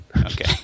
Okay